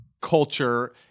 culture